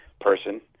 person